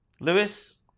Lewis